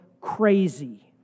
Crazy